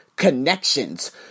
Connections